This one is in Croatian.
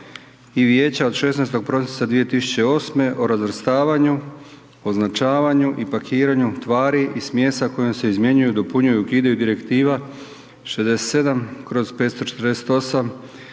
i Vijeća od 16. prosinca 2008. o razvrstavanju, označavanju i pakiranju tvari i smjesa, kojim se izmjenjuju, dopunjuju i ukidaju Direktiva 67/548/EEZ